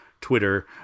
Twitter